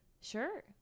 Sure